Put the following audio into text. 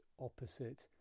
opposite